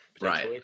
Right